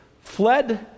fled